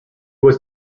was